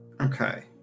Okay